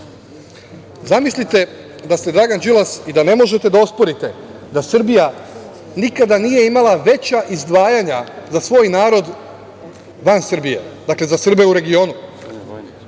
ukupno. Zamislite da ste Dragan Đilas i da ne možete da osporite da Srbija nikada nije imala veća izdvajanja za svoj narod van Srbije, dakle za Srbe u regionu.